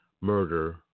murder